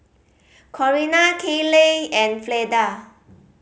Corina Kayleigh and Fleda